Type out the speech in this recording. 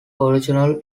original